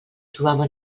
trobava